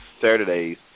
Saturdays